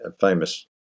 famous